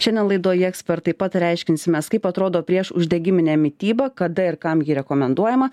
šiandien laidoje ekspertai pataria aiškinsimės kaip atrodo priešuždegiminė mityba kada ir kam ji rekomenduojama